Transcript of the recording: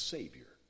Savior